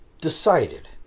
decided